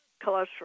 Cholesterol